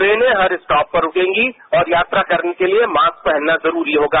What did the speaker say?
ट्रेनेंहर stop पर रुकंगे और यात्रा करने के लिए मास्क पहनना जरूरी होगा